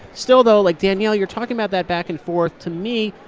still, though, like danielle, you're talking about that back-and-forth. to me,